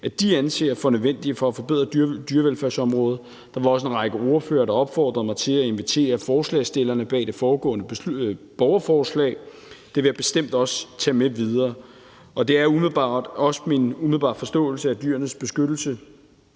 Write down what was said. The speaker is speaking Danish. de anser for nødvendige for at forbedre dyrevelfærdsområdet. Der var også en række ordførere, der opfordrede mig til at invitere forslagsstillerne bag det foregående borgerforslag. Det vil jeg bestemt også tage med videre. Det er også min umiddelbare forståelse, at Dyrenes Beskyttelse